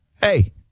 Hey